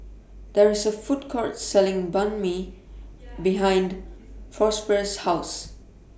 There IS A Food Court Selling Banh MI behind Prosper's House